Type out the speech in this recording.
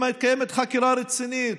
אם מתקיימת חקירה רצינית,